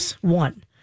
one